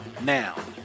now